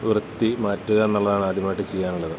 വൃത്തിയാക്കി മാറ്റുകയെന്നുള്ളതാണ് ആദ്യമായിട്ട് ചെയ്യാനുള്ളത്